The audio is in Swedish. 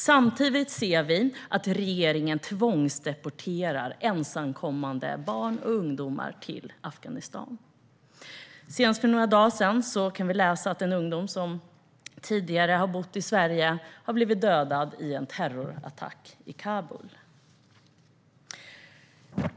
Samtidigt ser vi att regeringen tvångsdeporterar ensamkommande barn och ungdomar till Afghanistan. Senast för några dagar sedan kunde vi läsa att en yngling som tidigare bodde i Sverige blev dödad i en terrorattack i Kabul.